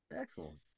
excellent